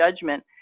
judgment